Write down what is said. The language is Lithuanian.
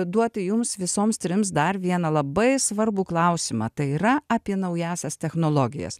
duoti jums visoms trims dar vieną labai svarbų klausimą tai yra apie naująsias technologijas